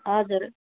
हजुर